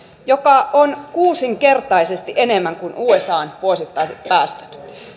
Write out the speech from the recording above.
mikä on kuusinkertaisesti enemmän kuin usan vuosittaiset päästöt